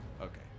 Okay